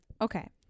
Okay